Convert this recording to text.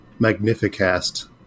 Magnificast